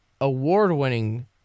award-winning